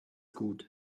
gut